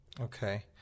Okay